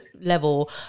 level